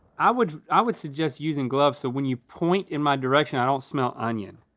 i would, i would suggest using gloves so when you point in my direction, i don't smell onion